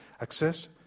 access